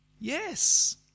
Yes